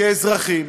כאזרחים,